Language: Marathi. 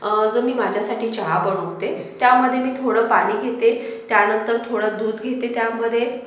जो मी माझ्यासाठी चहा बनवते त्यामध्ये मी थोडं पाणी घेते त्यानंतर थोडं दूध घेते त्यामध्ये